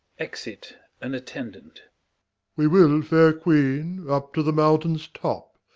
exit an attendant we will, fair queen, up to the mountain's top,